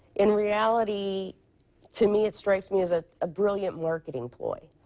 in reality to me it strikes me as a brilliant marketing ploy.